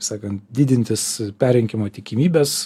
sakant didintis perrinkimo tikimybės